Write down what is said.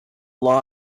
law